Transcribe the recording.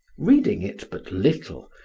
reading it but little,